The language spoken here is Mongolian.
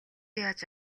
яаж